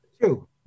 two